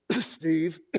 Steve